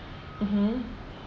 mmhmm